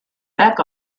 back